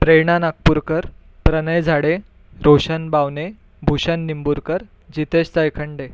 Prerna Nagpurkar Pranay Zade Roshan Bawane Bhushan Nimburkar Jitesh Jaykhande